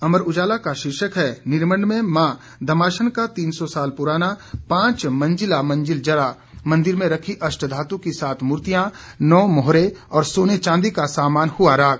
अमर उजाला का शीर्षक है निरमंड में मां दमाशन का तीन सौ साल पुराना पांच मंजिला मंदिर जला मंदिर में रखीं अष्टधातु की सात मूर्तियां नौ मोहरे और सोने चांदी का सामान हुआ राख